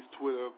Twitter